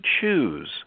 choose